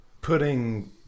putting